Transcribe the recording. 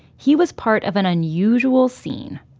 he was part of an unusual scene.